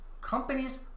Companies